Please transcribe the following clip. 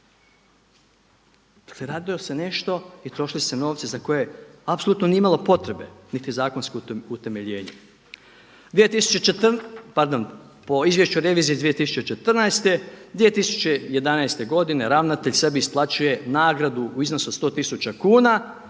Dakle, radilo se nešto i trošili su se novci za koje apsolutno nije imalo potrebe niti zakonsko utemeljenje. 2014., pardon, po izvješću revizije iz 2014., 2011. godine ravnatelj sebi isplaćuje nagradu u iznosu od 100 tisuća